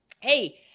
hey